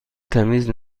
تمیز